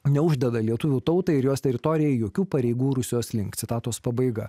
neuždeda lietuvių tautai ir jos teritorijai jokių pareigų rusijos link citatos pabaiga